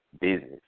business